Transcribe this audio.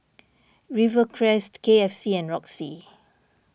Rivercrest K F C and Roxy